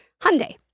Hyundai